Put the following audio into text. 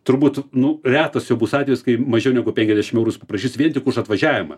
turbūt nu retas jau bus atvejis kai mažiau negu penkiasdešim eurų jis paprašys vien tik už atvažiavimą